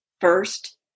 first